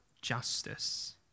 justice